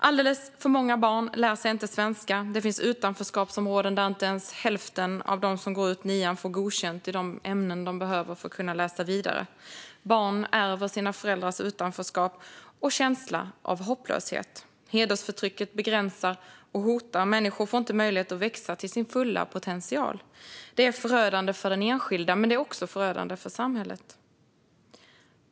Alldeles för många barn lär sig inte svenska. Det finns utanförskapsområden där inte ens hälften av niondeklassarna blir godkända i de ämnen de behöver för att kunna läsa vidare. Barn ärver sina föräldrars utanförskap och känsla av hopplöshet. Hedersförtrycket begränsar och hotar. Människor får inte möjlighet att växa till sin fulla potential. Det är förödande för den enskilde men också för samhället.